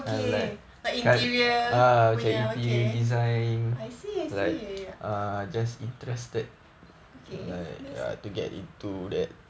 okay like interior okay I see I see okay